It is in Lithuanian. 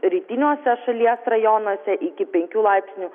rytiniuose šalies rajonuose iki penkių laipsnių